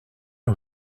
nos